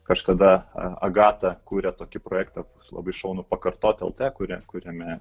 kažkada agata kuria tokį projektą labai šaun pakartot el t kurią kuriame